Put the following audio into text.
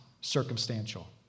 circumstantial